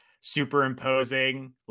superimposing